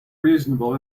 reasonable